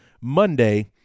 Monday